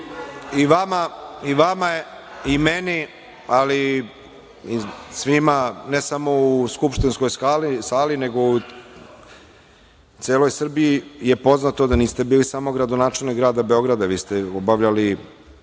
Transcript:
I vama je i meni i svima, ne samo u skupštinskoj sali, nego u celoj Srbiji, je poznato da niste bili samo gradonačelnik grada Beograda. Vi ste obavljali